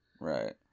Right